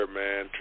man